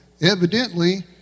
evidently